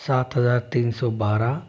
सात हज़ार तीन सौ बारह